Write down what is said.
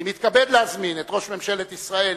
אני מתכבד להזמין את ראש ממשלת ישראל